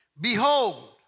Behold